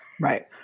Right